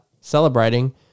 celebrating